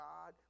God